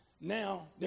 now